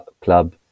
club